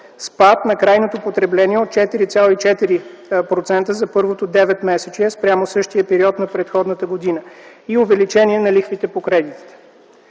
спад на крайното потребление от 4,4% за първото деветмесечие спрямо същия период на предходната година и увеличение на лихвите по кредитите.